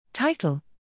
Title